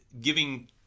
giving